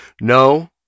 no